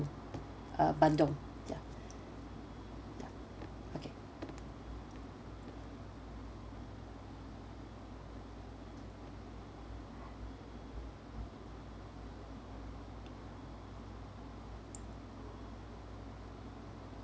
uh bandung ya ya okay